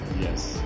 Yes